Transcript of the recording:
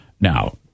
Now